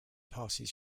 passes